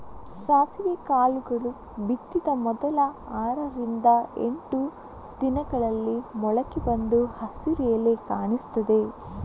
ಸಾಸಿವೆ ಕಾಳುಗಳು ಬಿತ್ತಿದ ಮೊದಲ ಆರರಿಂದ ಎಂಟು ದಿನಗಳಲ್ಲಿ ಮೊಳಕೆ ಬಂದು ಹಸಿರು ಎಲೆ ಕಾಣಿಸ್ತದೆ